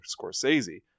scorsese